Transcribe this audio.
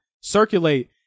Circulate